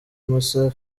moussa